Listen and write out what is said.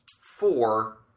four